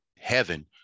Heaven